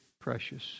precious